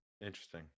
Interesting